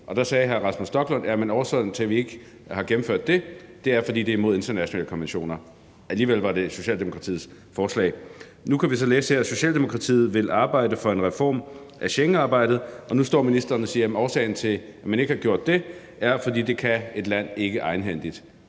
og der sagde hr. Rasmus Stoklund, at årsagen til, at man ikke har gennemført det, er, at det er imod internationale konventioner. Alligevel var det Socialdemokratiets forslag. Nu kan vi så læse her, at Socialdemokratiet vil arbejde for en reform af Schengensamarbejdet, og nu står ministeren og siger, at årsagen til, at man ikke har gjort det, er, at det kan et land ikke egenhændigt.